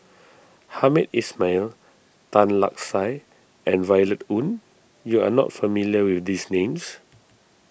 Hamed Ismail Tan Lark Sye and Violet Oon you are not familiar with these names